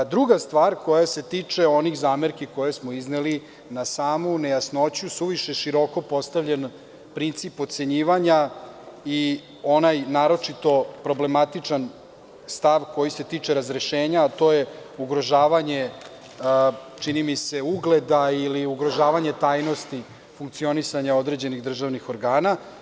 Druga stvar koja se tiče ovih zamerki koje smo izneli, na samu nejasnoću, suviše je široko postavljen princip ocenjivanja i onaj naročito problematičan stav koji se tiče razrešenja, a to je ugrožavanje ugleda ili ugrožavanje tajnosti funkcionisanja određenih državnih organa.